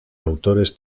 autores